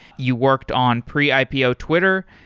you worked on pre-ipo twitter.